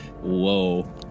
Whoa